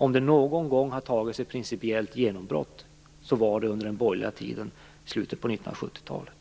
Om det någon gång har gjorts ett principiellt genombrott så var det under den borgerliga tiden i slutet av 1970-talet.